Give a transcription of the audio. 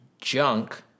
junk